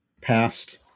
past